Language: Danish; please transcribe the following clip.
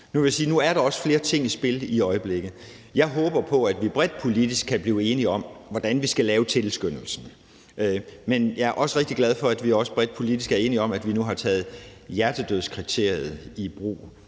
at der også er flere ting i spil i øjeblikket. Jeg håber på, at vi bredt politisk kan blive enige om, hvordan vi skal lave tilskyndelsen. Men jeg er rigtig glad for, at vi også bredt politisk er enige om, at vi nu har taget hjertedødskriteriet i brug.